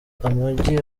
amagi